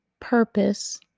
purpose